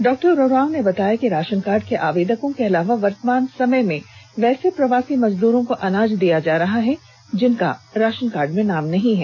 doctor Oraon ने बताया कि राषन कार्ड के आवेदकों के अलावा वर्तमान समय में वैसे प्रवासी मजदूरों को अनाज दिया जा रहा है जिनका राषन कार्ड में नाम नहीं है